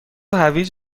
هویج